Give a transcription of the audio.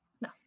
No